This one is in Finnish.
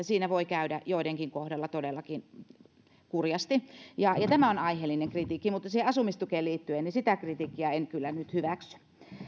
siinä voi käydä joidenkin kohdalla todellakin kurjasti tämä on aiheellista kritiikkiä mutta siihen asumistukeen liittyvää kritiikkiä en kyllä nyt hyväksy